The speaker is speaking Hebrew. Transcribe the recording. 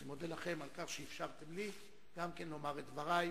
אני מודה לכם על שאפשרתם גם לי לומר את דברי,